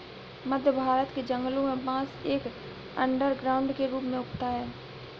मध्य भारत के जंगलों में बांस एक अंडरग्राउंड के रूप में उगता है